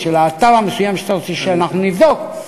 על האתר המסוים שאתה רוצה שאנחנו נבדוק,